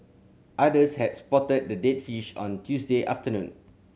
others had spotted the dead fish on Tuesday afternoon